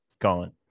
gone